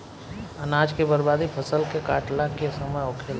अनाज के बर्बादी फसल के काटला के समय होखेला